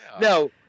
No